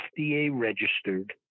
FDA-registered